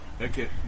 Okay